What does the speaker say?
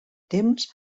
temps